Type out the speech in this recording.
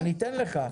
אני אתן לך,